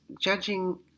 judging